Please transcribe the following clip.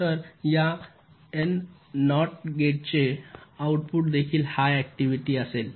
तर या न नॉट गेटचे आउटपुट देखील हाय ऍक्टिव्हिटी असेल